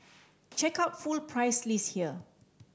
check out full price list here